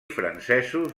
francesos